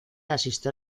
asistió